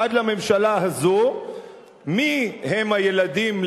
עד לממשלה הזאת מיהם הילדים,